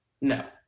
No